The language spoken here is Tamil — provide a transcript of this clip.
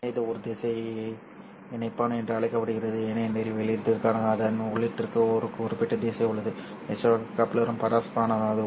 எனவே இது ஒரு திசை இணைப்பான் என்று அழைக்கப்படுகிறது ஏனெனில் வெளியீட்டிற்கான அதன் உள்ளீட்டிற்கு ஒரு குறிப்பிட்ட திசை உள்ளது நிச்சயமாக கப்ளரும் பரஸ்பரமானது